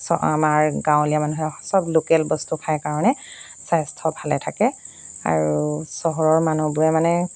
চ' আমাৰ গাঁৱলীয়া মানুহে চব লোকেল বস্তু খাই কাৰণে স্বাস্থ্য ভালে থাকে আৰু চহৰৰ মানুহবোৰে মানে